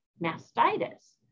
mastitis